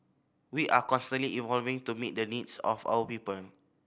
we are constantly evolving to meet the needs of our people